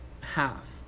half